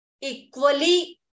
equally